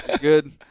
Good